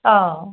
অ